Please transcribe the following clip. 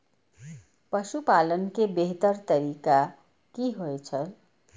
पशुपालन के बेहतर तरीका की होय छल?